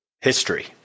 history